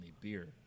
beer